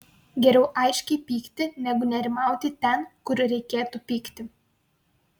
geriau aiškiai pykti negu nerimauti ten kur reikėtų pykti